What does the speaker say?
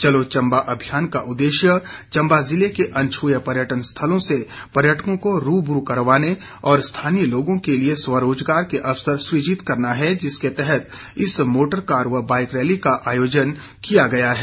चलो चंबा अभियान का उद्देश्य चंबा ज़िले के अनछुए पर्यटन स्थलों से पर्यटकों को रूबरू करवाने और स्थानीय लोगों के लिए स्वरोजगार के अवसर सुजित करना है जिसके तहत इस मोटर कार व बाइक रैली का आयोजन किया गया है